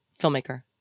filmmaker